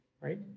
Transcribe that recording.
Right